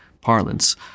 parlance